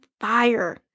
fire